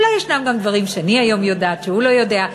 אולי ישנם גם דברים שאני היום יודעת ושהוא לא יודע.